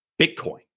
Bitcoin